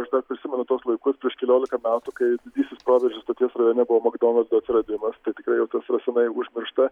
aš dar prisimenu tuos laikus prieš keliolika metų kai didysis proveržis stoties rajone buvo makdonaldo atsiradimas tai tikrai jau tas yra seniai užmiršta